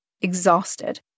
exhausted